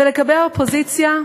ולגבי האופוזיציה,